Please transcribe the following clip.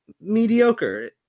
mediocre